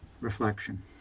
reflection